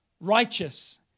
righteous